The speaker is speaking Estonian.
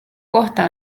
kohta